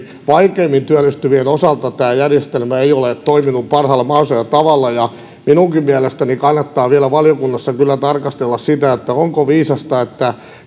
vaikeimmin työllistyvien osalta tämä järjestelmä ei ole toiminut parhaalla mahdollisella tavalla minunkin mielestäni kannattaa vielä valiokunnassa kyllä tarkastella sitä onko viisasta että